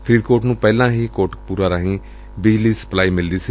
ਫਰੀਦਕੋਟ ਨੂੰ ਪਹਿਲਾਂ ਹੀ ਕੋਟਕਪੂਰਾ ਰਾਹੀ ਬਿਜਲੀ ਦੀ ਸਪਲਾਈ ਮਿਲਦੀ ਸੀ